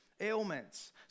ailments